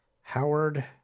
Howard